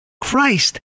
Christ